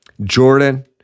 Jordan